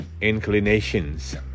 inclinations